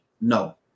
No